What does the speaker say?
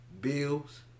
Bills